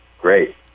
great